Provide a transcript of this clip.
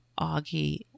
Augie